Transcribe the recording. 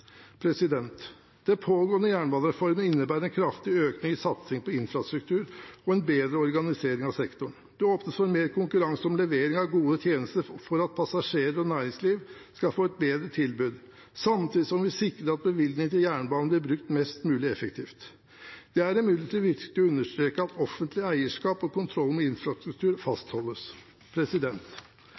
sektor. Den pågående jernbanereformen innebærer en kraftig økning i satsing på infrastruktur og en bedre organisering av sektoren. Det åpnes for mer konkurranse om levering av gode tjenester for at passasjerer og næringsliv skal få et bedre tilbud, samtidig som vi sikrer at bevilgningene til jernbanen blir brukt mest mulig effektivt. Det er imidlertid viktig å understreke at offentlig eierskap og kontroll med infrastruktur fastholdes.